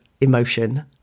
emotion